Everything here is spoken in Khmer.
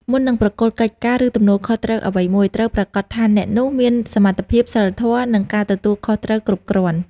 មុននឹងប្រគល់កិច្ចការ ឬទំនួលខុសត្រូវអ្វីមួយ ត្រូវប្រាកដថាអ្នកនោះមានសមត្ថភាព សីលធម៌ និងការទទួលខុសត្រូវគ្រប់គ្រាន់។